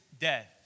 death